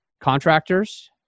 contractors